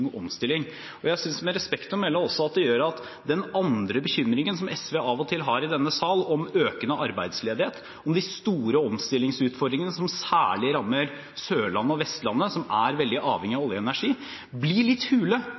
Jeg synes med respekt å melde også at det gjør at de andre bekymringene som SV av og til har i denne sal, om økende arbeidsledighet, om de store omstillingsutfordringene som særlig rammer Sørlandet og Vestlandet, som er veldig avhengig av olje og energi, blir litt hule